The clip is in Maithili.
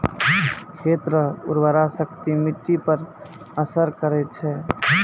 खेत रो उर्वराशक्ति मिट्टी पर असर करै छै